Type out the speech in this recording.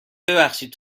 ببخشید